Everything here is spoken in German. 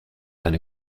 eine